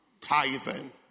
tithing